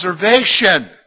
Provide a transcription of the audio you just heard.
observation